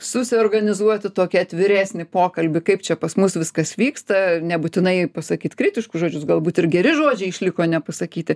susiorganizuoti tokį atviresnį pokalbį kaip čia pas mus viskas vyksta nebūtinai pasakyt kritiškus žodžius galbūt ir geri žodžiai išliko nepasakyti